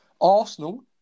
Arsenal